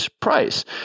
price